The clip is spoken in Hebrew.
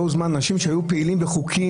לא הוזמנו אנשים שהיו פעילים בחוקים,